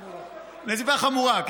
חמורה.